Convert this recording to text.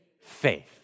faith